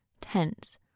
tense